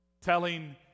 telling